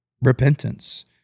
repentance